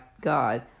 God